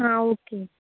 आं ओके